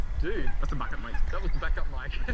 dude. that's the backup mic. that was the backup mic.